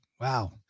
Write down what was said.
wow